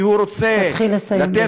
תתחיל לסיים,